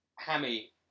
Hammy